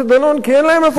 כי אין להם איפה לגור.